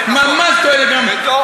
זה נכון.